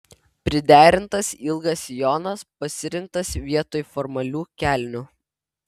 priderintas ilgas sijonas pasirinktas vietoj formalių kelnių